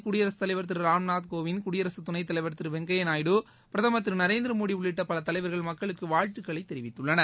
குடியரசுத் தலைவர் திரு ராம்நாத் கோவிந்த் குடியரசுத் துணைத் தலைவர் திரு வெங்கப்யா நாயுடு பிரதமர் திரு நரேந்திரமோடி உள்ளிட்ட பல தலைவர்கள் மக்களுக்கு வாழ்த்துக்களை தெரிவித்துள்ளனர்